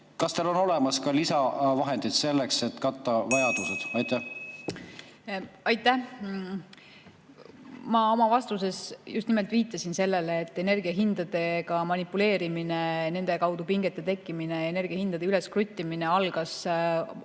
Kas teil on olemas ka lisavahendeid selleks, et katta vajadused? Aitäh! Ma oma vastuses just nimelt viitasin sellele, et energiahindadega manipuleerimine, nende abil pingete tekitamine ja energiahindade üleskruttimine Venemaa